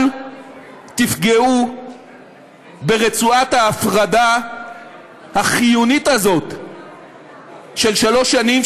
אל תפגעו ברצועת ההפרדה החיונית הזאת של שלוש שנים,